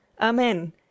amen